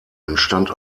entstand